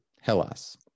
Hellas